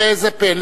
ראה זה פלא,